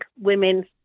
women